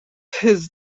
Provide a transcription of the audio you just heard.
his